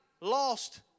lost